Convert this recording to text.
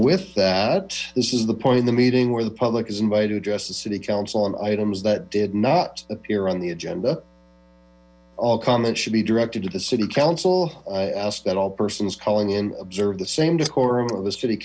with that this is the point in the meeting where the public is invited address this city council on items that did not appear on the agenda all comments should be directed to the city council i ask that all persons calling in observe the same decorum of the city